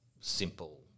simple